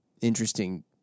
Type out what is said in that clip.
interesting